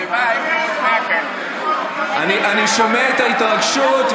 אני שומע את ההתרגשות,